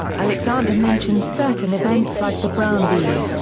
alexander mentions certain events like the brown v.